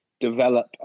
develop